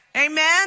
Amen